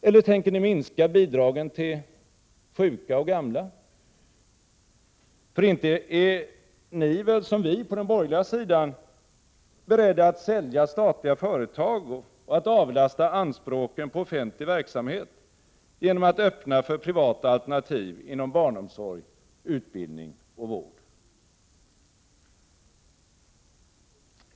Eller tänker ni minska bidragen till sjuka och gamla? För inte är ni väl som vi på den borgerliga sidan beredda att sälja statliga företag och att avlasta anspråken på offentlig verksamhet genom att öppna möjligheter för privata alternativ inom barnomsorg, utbildning och vård?